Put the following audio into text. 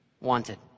Wanted